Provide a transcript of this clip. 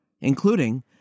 including